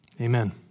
amen